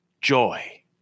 joy